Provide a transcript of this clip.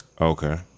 Okay